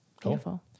Beautiful